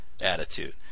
attitude